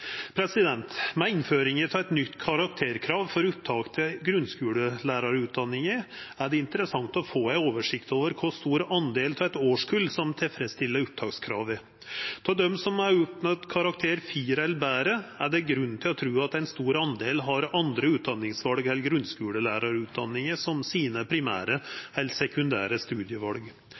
Med innføringa av nytt karakterkrav for opptak til grunnskulelærarutdanninga er det interessant å få ei oversikt over kor stor del av eit årskull som tilfredsstiller opptakskravet. Av dei som har oppnådd karakteren 4 eller betre, er det grunn til å tru at ein stor del har andre utdanningsval enn grunnskulelærarutdanning som sitt primære eller sekundære